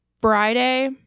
Friday